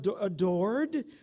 adored